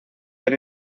del